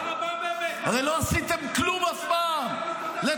תודה רבה באמת --- עצם זה שאתה מתהדר בחיבור לחשמל